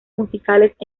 musicales